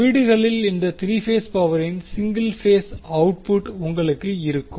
வீடுகளில் இந்த 3 பேஸ் பவரின் சிங்கிள் பேஸ்அவுட்புட் உங்களுக்கு இருக்கும்